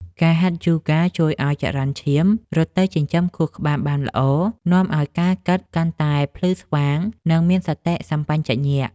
ការហាត់យូហ្គាជួយឱ្យចរន្តឈាមរត់ទៅចិញ្ចឹមខួរក្បាលបានល្អ នាំឱ្យការគិតកាន់តែភ្លឺស្វាង និងមានសតិសម្បជញ្ញៈ។